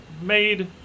made